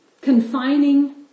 confining